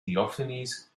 theophanes